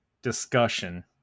discussion